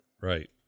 Right